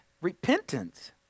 Repentance